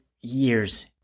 years